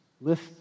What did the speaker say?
list